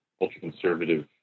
ultra-conservative